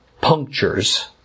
punctures